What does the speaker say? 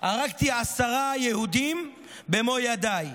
הרגתי עשרה יהודים במו ידיי.